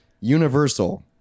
Universal